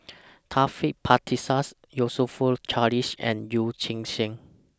Taufik Batisah's YOU So Fook Charles and Yee Chia Hsing